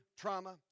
trauma